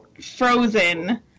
frozen